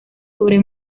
sobre